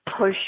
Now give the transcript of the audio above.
push